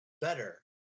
better